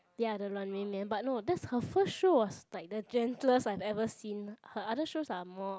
ya the 软绵绵 but no that's her first show was like the gentlest I have ever seen her other shows are more